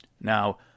Now